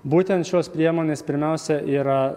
būtent šios priemonės pirmiausia yra